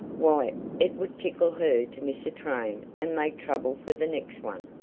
why it would tickle her to miss a train and make trouble for the next one.